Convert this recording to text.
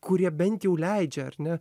kurie bent jau leidžia ar ne